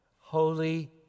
Holy